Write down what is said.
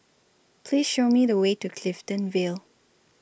Please Show Me The Way to Clifton Vale